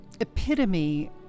epitome